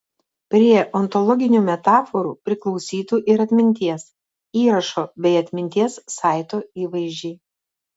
prie ontologinių metaforų priklausytų ir atminties įrašo bei atminties saito įvaizdžiai